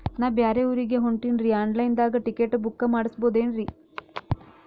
ನಾ ಬ್ಯಾರೆ ಊರಿಗೆ ಹೊಂಟಿನ್ರಿ ಆನ್ ಲೈನ್ ದಾಗ ಟಿಕೆಟ ಬುಕ್ಕ ಮಾಡಸ್ಬೋದೇನ್ರಿ?